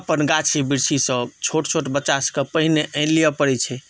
अपन गाछी वृक्षी सभ छोट छोट बच्चासभक पहिने आनि लिअ परै छै